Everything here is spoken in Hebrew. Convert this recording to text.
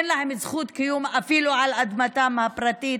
אין להם זכות קיום אפילו על אדמתם הפרטית,